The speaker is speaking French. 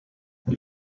elle